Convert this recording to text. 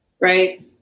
right